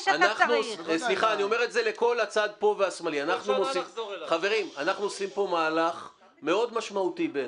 חברים, אנחנו עושים פה מהלך מאוד משמעותי בעיניי.